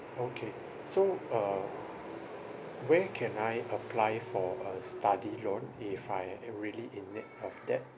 okay so uh where can I apply for a study loan if I am really in need of that